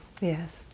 Yes